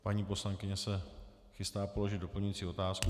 Paní poslankyně se chystá položit doplňující otázku.